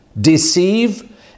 deceive